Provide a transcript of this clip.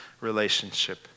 relationship